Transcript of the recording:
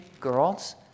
girls